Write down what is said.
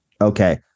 okay